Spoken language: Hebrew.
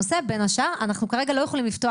אתה פותח נושא --- כן, אנחנו מדברים על